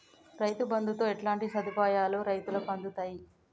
రైతు బంధుతో ఎట్లాంటి సదుపాయాలు రైతులకి అందుతయి?